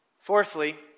Fourthly